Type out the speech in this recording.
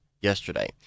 yesterday